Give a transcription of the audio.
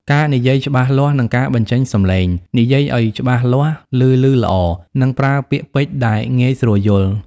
ការនិយាយច្បាស់លាស់ និងការបញ្ចេញសំឡេង និយាយឱ្យច្បាស់លាស់ ឮៗល្អ និងប្រើពាក្យពេចន៍ដែលងាយស្រួលយល់។